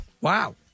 Wow